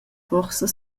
forsa